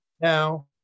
Now